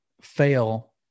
fail